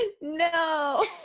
no